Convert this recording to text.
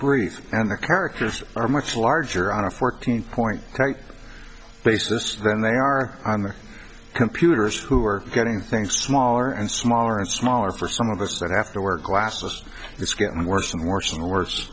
briefs and the characters are much larger on a fourteen point basis than they are on the computers who are getting things smaller and smaller and smaller for some of us that have to wear glasses it's getting worse and worse and worse